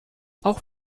auch